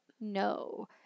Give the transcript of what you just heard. No